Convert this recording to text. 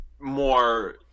more